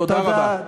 תודה רבה.